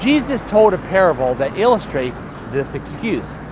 jesus told a parable that illustrates this excuse.